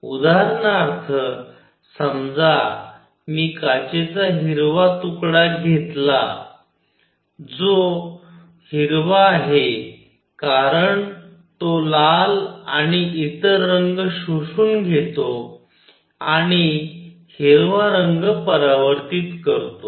उदाहरणार्थ समजा मी काचेचा हिरवा तुकडा घेतला तो हिरवा आहे कारण तो लाल आणि इतर रंग शोषून घेतो आणि हिरवा रंग परावर्तित करतो